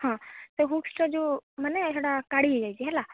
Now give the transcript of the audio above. ହଁ ସେ ହୁକସଟା ଯେଉଁ ମାନେ ସେଇଟା କାଢ଼ି ହେଇଯାଇଛି ହେଲା